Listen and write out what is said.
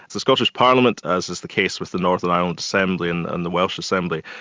the scottish parliament, as is the case with the northern ireland assembly and and the welsh assembly,